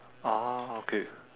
ah okay